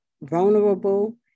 vulnerable